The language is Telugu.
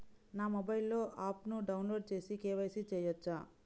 నా మొబైల్లో ఆప్ను డౌన్లోడ్ చేసి కే.వై.సి చేయచ్చా?